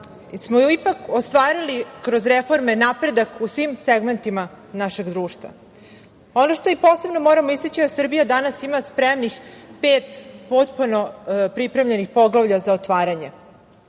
da smo ipak ostvarili kroz reforme napredak u svim segmentima našeg društva. Ono što i posebno moramo istaći je da Srbija danas ima spremnih pet potpuno pripremljenih poglavlja za otvaranje,